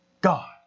God